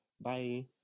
bye